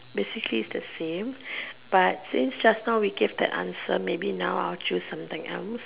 basically is the same but since just now we give that answer maybe now I will choose something else